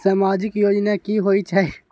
समाजिक योजना की होई छई?